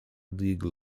league